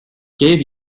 gave